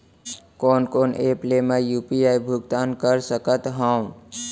कोन कोन एप ले मैं यू.पी.आई भुगतान कर सकत हओं?